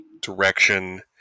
direction